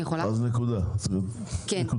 אז נקודה אחת.